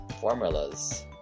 formulas